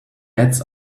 ads